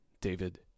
David